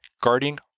guarding